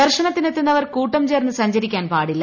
ദർശനത്തിനെത്തുന്നവർ കൂട്ടാ് ചേർന്ന് സഞ്ചരിക്കാൻ പാടില്ല